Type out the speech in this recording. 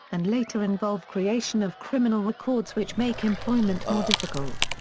and later involve creation of criminal records which make employment more difficult.